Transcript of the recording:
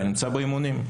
אתה נמצא באימונים,